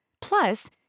Plus